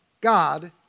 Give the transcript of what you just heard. God